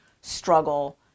struggle